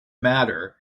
matter